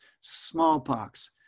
smallpox